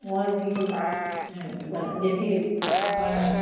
और भी जो जैसी अपन